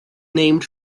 named